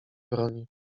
broni